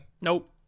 Nope